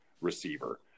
receiver